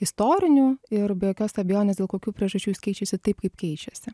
istorinių ir be jokios abejonės dėl kokių priežasčių jis keičiasi taip kaip keičiasi